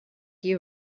you